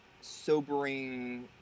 sobering